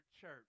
church